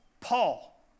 Paul